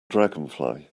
dragonfly